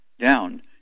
down